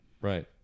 Right